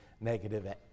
negative